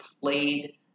played